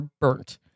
burnt